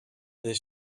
this